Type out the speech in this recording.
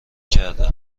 کرده